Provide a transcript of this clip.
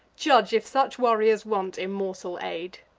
judge if such warriors want immortal aid.